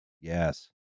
Yes